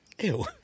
Ew